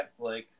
Netflix